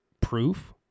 proof